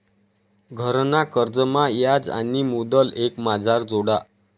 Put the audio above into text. घरना कर्जमा याज आणि मुदल एकमाझार जोडा